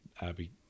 abby